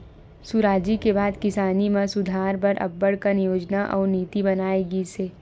सुराजी के बाद किसानी म सुधार बर अब्बड़ कन योजना अउ नीति बनाए गिस हे